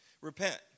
Repent